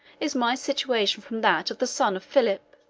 is my situation from that of the son of philip!